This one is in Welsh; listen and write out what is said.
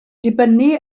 dibynnu